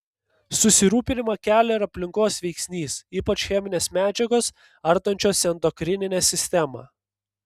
susirūpinimą kelia ir aplinkos veiksnys ypač cheminės medžiagos ardančios endokrininę sistemą